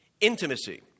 Intimacy